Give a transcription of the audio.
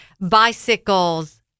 bicycles